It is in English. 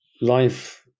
life